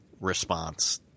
response